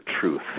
truth